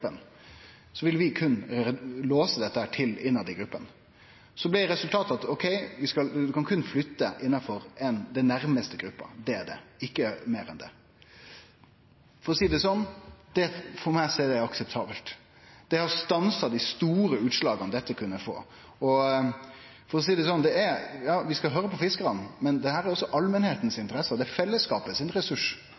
gruppene. Så blei resultatet at ein kan berre flytte innanfor den nærmaste gruppa – det er det, ikkje meir enn det. For å seie det sånn: For meg er det akseptabelt. Det har stansa dei store utslaga dette kunne få. Ja, vi skal høyre på fiskarane, men dette er også